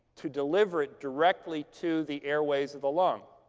to deliver it directly to the airways of the lung.